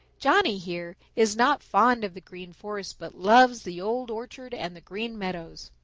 johnny, here, is not fond of the green forest, but loves the old orchard and the green meadows.